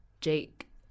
Jake